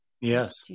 Yes